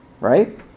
Right